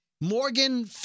Morgan